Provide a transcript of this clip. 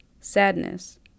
sadness